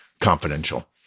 confidential